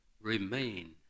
remain